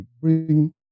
bring